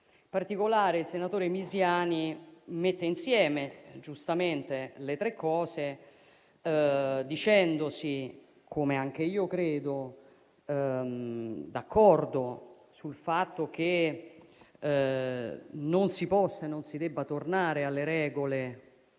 In particolare, il senatore Misiani mette insieme giustamente le tre cose, dicendosi d'accordo - come anch'io credo - sul fatto che non si possa e non si debba tornare alle regole